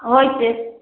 ꯑꯍꯣꯏ ꯆꯦ